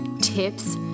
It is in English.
tips